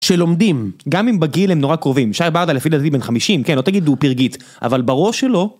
שלומדים, גם אם בגיל הם נורא קרובים, שי בארדה לפי דודי בן 50, כן, לא תגיד הוא פרגית, אבל בראש שלו.